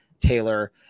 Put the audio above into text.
Taylor